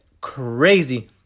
crazy